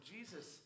Jesus